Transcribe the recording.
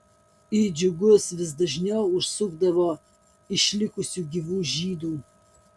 į džiugus vis dažniau užsukdavo išlikusių gyvų žydų